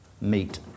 meet